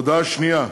הודעה שנייה: